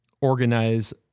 organize